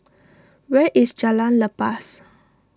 where is Jalan Lepas